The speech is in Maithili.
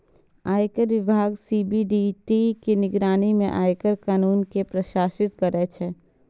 आयकर विभाग सी.बी.डी.टी के निगरानी मे आयकर कानून कें प्रशासित करै छै